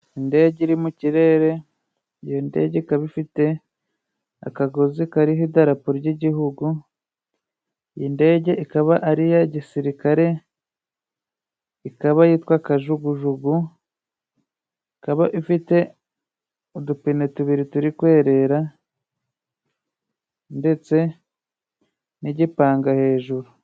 Indege iri mu kirere, iyo ndege ikaba ifite akagozi kariho idarapo ry'igihugu, iyi ndege ikaba ariya gisirikare ikaba yitwa kajugujugu, ikaba ifite udupine tubiri turi kwerera ndetse n'igipanga hejuru.